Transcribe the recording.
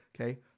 okay